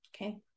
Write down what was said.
Okay